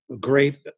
great